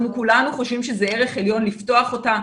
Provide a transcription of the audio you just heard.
אנחנו כולנו חושבים שזה ערך עליון לפתוח אותה.